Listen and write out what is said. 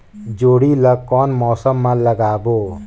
जोणी ला कोन मौसम मा लगाबो?